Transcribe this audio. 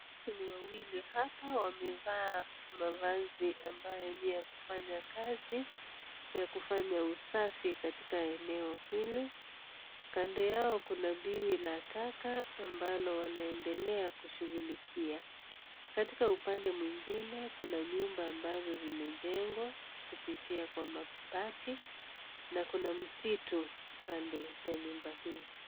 Hawa ni wawili hapa wamevaa mavazi ambayo ni ya kufanya kazi ya kufanya usafi katika eneo hili, kando yao kuna mbiwi la taka ambalo wanaendelea kushughulikia katika upande mwingine kuna nyumba ambazo zimejengwa kupitia kwa mabati na kuna msitu kando ya nyumba hizi.